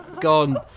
gone